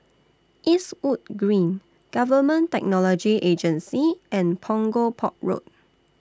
Eastwood Green Government Technology Agency and Punggol Port Road